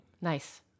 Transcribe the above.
Nice